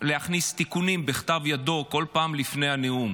להכניס תיקונים בכתב ידו כל פעם לפני הנאום.